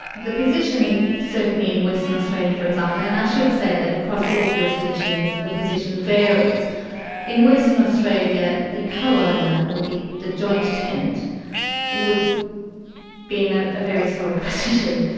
the position, certainly in western australia, for example and i should say that, across all jurisdictions the position varies in western australia, the co-owner, or the the joint tenant would be in ah a very sorry position.